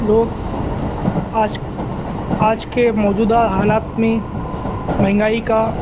لوگ آج آج کے موجودہ حالات میں مہنگائی کا